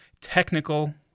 Technical